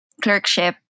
clerkship